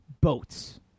boats